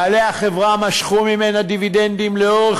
בעלי החברה משכו ממנה דיבידנדים לאורך